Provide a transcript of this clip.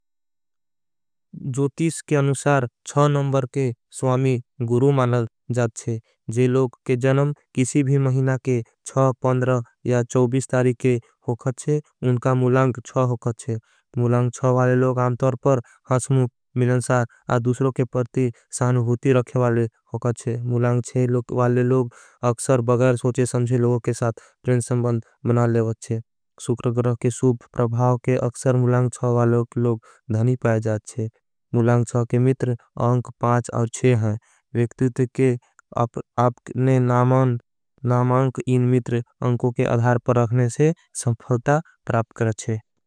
जोतिस के अनुसार छव नमबर के स्वामी गुरू मानल जाथ छे। जे लोग के जनम किसी भी महिना के छव पंधर या चोवीश। तारी के होखत छे उनका मुलांग छव होखत छे मुलांग छव। वाले लोग आमतर पर हंसमूप मिलंसार आदूसरों के परती। सहन हुती रखे वाले होखत छे मुलांग छव वाले लोग अकसर। बगर सोचे समझे लोग के साथ प्रेंज संबंद मनाले वच्चे सुक्रगरह। के सूप प्रभाव के अकसर मुलांग छव वाले लोग धनी पायेजाचे। मुलांग छव के मित्र अंक और हैं विक्तित के आपके नामांक। इन मित्र अंको के अधार पर रखने से संफलता प्राप्त करचे।